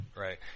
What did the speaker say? right